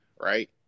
Right